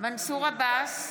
מנסור עבאס,